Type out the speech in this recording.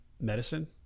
medicine